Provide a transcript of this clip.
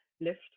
lift